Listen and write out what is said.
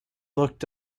looked